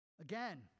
Again